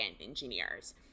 engineers